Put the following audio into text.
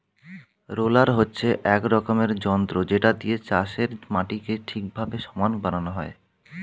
roller হচ্ছে এক রকমের যন্ত্র যেটা দিয়ে চাষের মাটিকে ঠিকভাবে সমান বানানো হয়